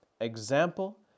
example